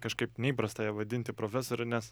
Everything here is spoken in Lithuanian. kažkaip neįprasta ją vadinti profesore nes